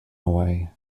away